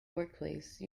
workplace